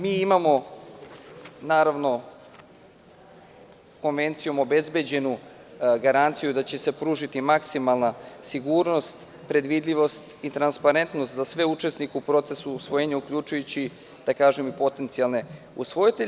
Mi imamo konvencijom obezbeđenu garanciju da će se pružiti maksimalna sigurnost, predvidivost i transparentnost za sve učesnike u procesu usvojenja, uključujući i potencijalne usvojitelje.